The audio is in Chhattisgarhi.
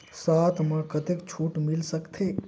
साथ म कतेक छूट मिल सकथे?